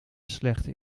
slechte